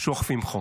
שאוכפים חוק,